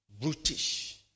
brutish